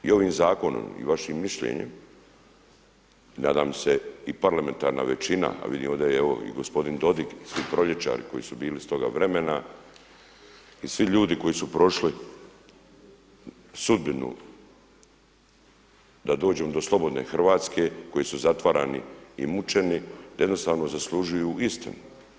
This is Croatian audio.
I ovim zakonom i vašim mišljenjem nadam se i parlamentarna većina, a vidimo da je i gospodin Dodig i svi proljećari koji su bili iz toga vremena i svi ljudi koji su prošli sudbinu da dođemo do slobodne Hrvatske, koji su zatvarani i mučeni da jednostavno zaslužuju istinu.